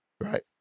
Right